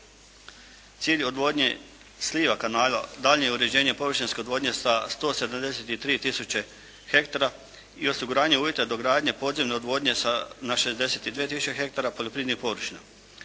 Cilj odvodnje sliva kanala, daljnje uređenje površinske odvodnje sa 173000 ha i osiguranje uvjeta dogradnje podzemne odvodnje na 62000 ha poljoprivrednih površina.